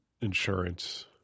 insurance